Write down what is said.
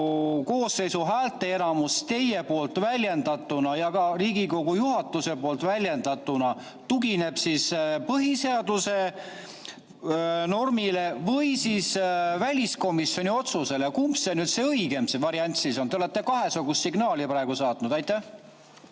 koosseisu häälteenamus teie poolt väljendatuna ja ka Riigikogu juhatuse poolt väljendatuna tugineb põhiseaduse normile või väliskomisjoni otsusele. Kumb on õigem variant? Te olete kahesugust signaali saatnud. Ei